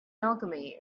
alchemy